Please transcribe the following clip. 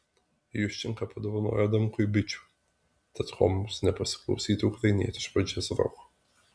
juščenka padovanojo adamkui bičių tad ko mums nepasiklausyti ukrainietiško džiazroko